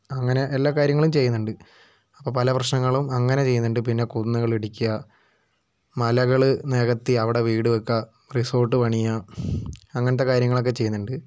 അങ്ങനെ എല്ലാ കാര്യങ്ങളും ചെയ്യുന്നുണ്ട് അപ്പോൾ പല പ്രശ്നങ്ങളും അങ്ങനെ ചെയ്യുന്നുണ്ട് പിന്നെ കുന്നുകളിടിക്കുക മലകൾ നികത്തി അവിടെ വീട് വെക്കുക റിസോർട്ട് പണിയുക അങ്ങനത്തെ കാര്യങ്ങളൊക്കെ ചെയ്യുന്നുണ്ട്